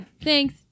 thanks